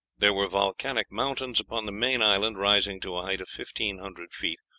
there were volcanic mountains upon the main island, rising to a height of fifteen hundred feet,